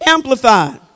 Amplified